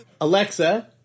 Alexa